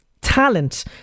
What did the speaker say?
Talent